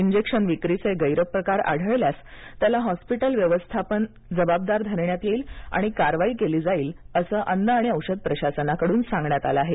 injection विक्रीचे गैरप्रकार आढळल्यास त्याला हॉस्पिटल व्यवस्थापनाला जबाबदार धरण्यात येईल आणि कारवाई केली जाईल असेही अन्न आणि औषध प्रशासनाकडून सांगण्यात आलं आहे